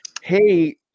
hey